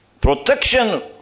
protection